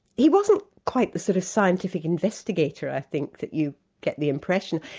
he wasn't quite the sort of scientific investigator i think that you get the impression.